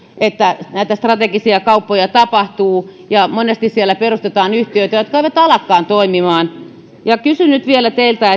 että näitä strategisia kauppoja tapahtuu ja monesti siellä perustetaan yhtiöitä jotka eivät alakaan toimimaan kysyn nyt vielä teiltä